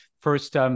first